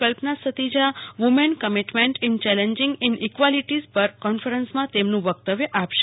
Kalpana Satija women commitment in challenging inequalities પર કોન્ફરન્સમાં તેમનું વકતવ્ય આપશે